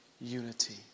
unity